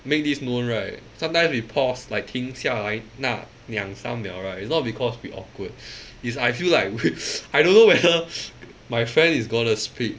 make this known right sometimes we pause like 停下来那两三秒 right it's not because we awkward is I feel like we I don't know whether my friend is going to speak